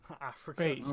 Africa